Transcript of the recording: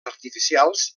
artificials